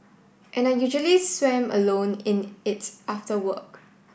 and I usually swam alone in its after work